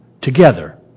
together